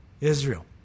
israel